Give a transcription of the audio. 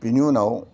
बिनि उनाव